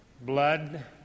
blood